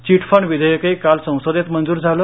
chit fund विधेयकही काल संसदेत मंजूर झालं